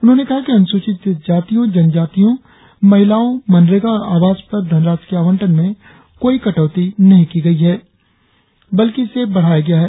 उन्होंने कहा कि अनुसूचित जातियों और जनजातियों महिलाओं मनरेगा और आवास पर धनराशि के आवंटन में कोई कटौती नहीं की गई है बल्कि इसे बढ़ाया गया है